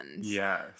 yes